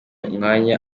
umwanya